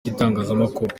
itangazamakuru